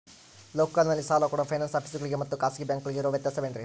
ಲೋಕಲ್ನಲ್ಲಿ ಸಾಲ ಕೊಡೋ ಫೈನಾನ್ಸ್ ಆಫೇಸುಗಳಿಗೆ ಮತ್ತಾ ಖಾಸಗಿ ಬ್ಯಾಂಕುಗಳಿಗೆ ಇರೋ ವ್ಯತ್ಯಾಸವೇನ್ರಿ?